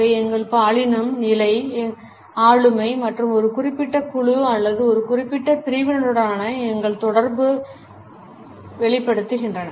அவை எங்கள் பாலினம் நிலை எங்கள் நிலை ஆளுமை மற்றும் ஒரு குறிப்பிட்ட குழு அல்லது ஒரு குறிப்பிட்ட பிரிவினருடனான எங்கள் தொடர்பை வெளிப்படுத்துகின்றன